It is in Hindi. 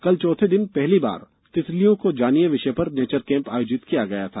कल चौथे दिन पहली बार तितलियों को जानिए विषय पर नेचर कैम्प आयोजित किया गया था